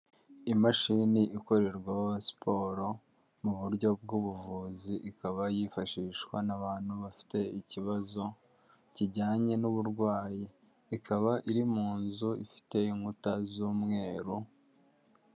Imashini ikorerwaho siporo mu buryo bw'ubuvuzi, ikaba yifashishwa n'abantu bafite ikibazo kijyanye n'uburwayi, ikaba iri mu nzu ifite inkuta z'umweru.